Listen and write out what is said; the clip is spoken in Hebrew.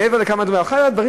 מעבר לכמה דברים, אחד הדברים